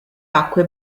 acque